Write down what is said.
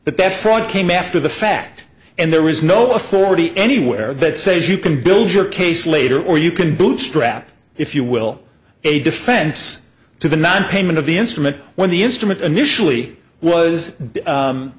but that fraud came after the fact and there was no authority anywhere that says you can build your case later or you can bootstrap if you will a defense to the nonpayment of the instrument when the instrument initially was